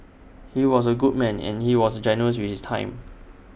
he was A good man and he was generous with his time